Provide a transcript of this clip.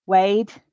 Wade